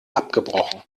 abgebrochen